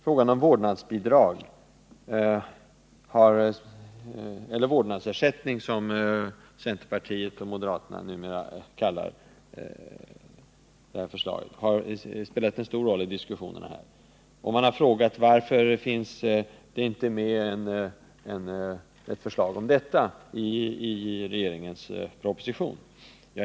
Frågan om vårdnadsbidrag — eller vårdnadsersättning som centerpartiet och moderaterna numera kallar förslaget — har spelat stor roll i diskussionen. Man har frågat: Varför finns det inte ett förslag om detta i regeringens proposition?